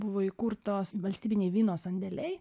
buvo įkurtos valstybiniai vyno sandėliai